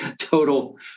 total